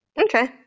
okay